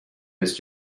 his